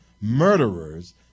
murderers